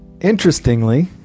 Interestingly